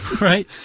Right